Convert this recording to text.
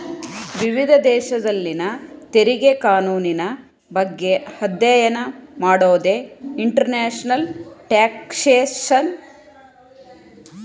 ವಿವಿಧ ದೇಶದಲ್ಲಿನ ತೆರಿಗೆ ಕಾನೂನಿನ ಬಗ್ಗೆ ಅಧ್ಯಯನ ಮಾಡೋದೇ ಇಂಟರ್ನ್ಯಾಷನಲ್ ಟ್ಯಾಕ್ಸ್ಯೇಷನ್